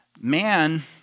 Man